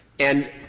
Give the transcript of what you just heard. and